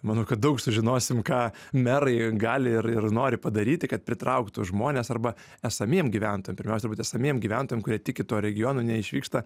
manau kad daug sužinosim ką merai gali ir ir nori padaryti kad pritrauktų žmones arba esamiem gyventojam pirmiausia turbūt esamiem gyventojam kurie tiki tuo regionu neišvyksta